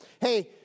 Hey